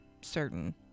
certain